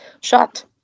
shot